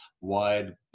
wide